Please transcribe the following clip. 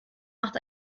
macht